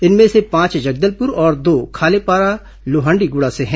इनमें से पांच जगदलपुर और दो खालेपारा लोहांडीगुडा से है